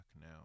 now